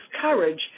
courage